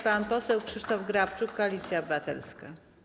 Pan poseł Krzysztof Grabczuk, Koalicja Obywatelska.